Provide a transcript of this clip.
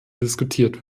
diskutiert